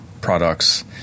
Products